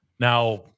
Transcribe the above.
Now